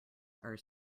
are